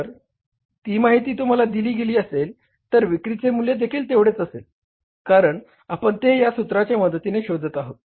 जर ती माहिती तुम्हाला दिली गेली असेल तर विक्रीचे मूल्य देखील तेवढेच असेल कारण आपण ते या सूत्राच्या मदतीने शोधत आहोत